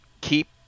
keep